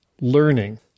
learning